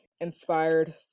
inspired